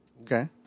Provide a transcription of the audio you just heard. okay